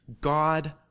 God